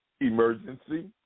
emergency